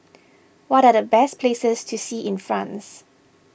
what are the best places to see in France